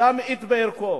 להמעיט בערכו.